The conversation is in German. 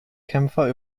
kämpfer